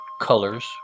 colors